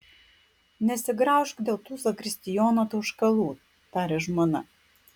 nesigraužk dėl tų zakristijono tauškalų tarė žmona